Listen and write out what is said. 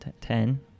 ten